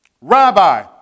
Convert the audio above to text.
Rabbi